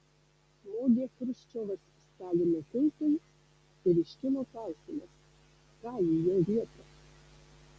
smogė chruščiovas stalino kultui ir iškilo klausimas ką į jo vietą